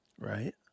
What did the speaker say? Right